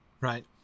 right